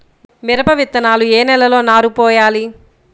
మిరప విత్తనాలు ఏ నెలలో నారు పోయాలి?